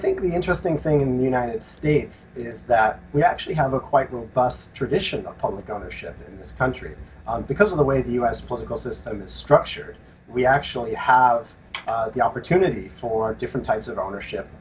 think the interesting thing in the united states is that we actually have a quite robust tradition of public ownership in this country because of the way the u s political system is structured we actually have the opportunity for different types of ownership